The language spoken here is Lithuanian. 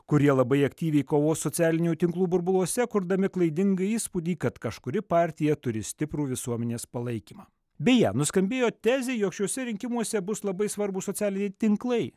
kurie labai aktyviai kovos socialinių tinklų burbuluose kurdami klaidingą įspūdį kad kažkuri partija turi stiprų visuomenės palaikymą beje nuskambėjo tezė jog šiuose rinkimuose bus labai svarbūs socialiniai tinklai